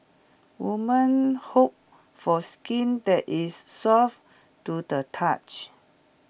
woman hope for skin that is soft to the touch